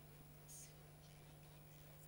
רבותי,